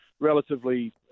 Relatively